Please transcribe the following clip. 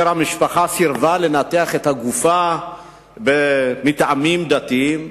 המשפחה סירבה לניתוח הגופה מטעמים דתיים.